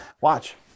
Watch